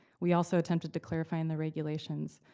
we also attempted to clarify in the regulations.